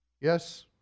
Yes